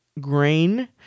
grain